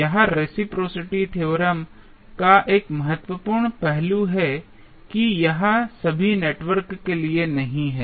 यह reciprocity theorem का एक बहुत महत्वपूर्ण पहलू है कि यह सभी नेटवर्क के लिए नहीं है